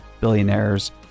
billionaires